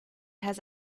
has